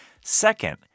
Second